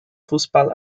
fußball